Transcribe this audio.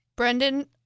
Brendan